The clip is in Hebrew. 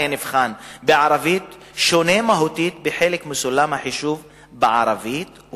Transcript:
הנבחן בערבית שונה מהותית בחלק מסולם החישוב בעברית.